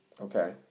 Okay